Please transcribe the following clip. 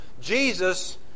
Jesus